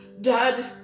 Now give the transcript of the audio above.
Dad